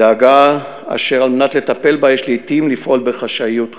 דאגה אשר על מנת לטפל בה יש לעתים לפעול בחשאיות רבה.